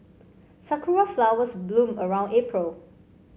sakura flowers bloom around April